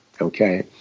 Okay